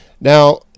Now